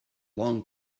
long